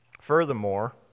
Furthermore